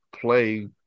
play